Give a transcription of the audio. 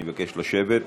אני מבקש לשבת.